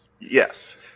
Yes